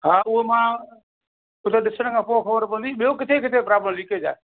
हा उहो मां उहो त ॾिसण खां पोइ ख़बर पवंदी ॿियो किथे किथे प्रोपर लीकेज आहे